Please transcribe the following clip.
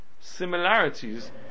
similarities